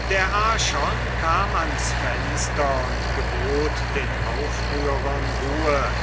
der archon kam ans fenster und gebot den aufrührern ruhe